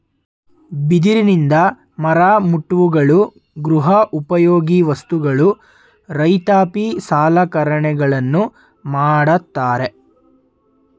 ಬಿದಿರಿನಿಂದ ಮರಮುಟ್ಟುಗಳು, ಗೃಹ ಉಪಯೋಗಿ ವಸ್ತುಗಳು, ರೈತಾಪಿ ಸಲಕರಣೆಗಳನ್ನು ಮಾಡತ್ತರೆ